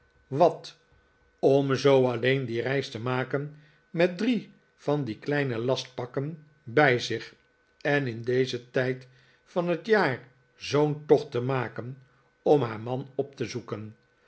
wat om zoo alleen die reis te maken met drie van die kleine lastpakken bij zich en in dezen tijd van het jaar zoo'n tocht te maken om haar man op te zoeken